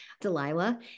Delilah